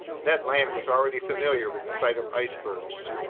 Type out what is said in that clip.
ned land was already familiar with the sight of icebergs.